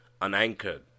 unanchored